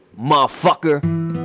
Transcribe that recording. Motherfucker